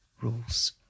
rules